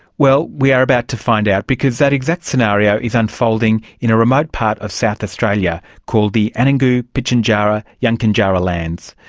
well, we are about to find out because that exact scenario is unfolding in a remote part of south australia called the anangu and and pitjantjatjara yankunytjatjara lands.